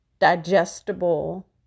digestible